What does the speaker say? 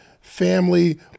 family